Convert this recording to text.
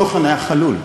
התוכן היה חלול.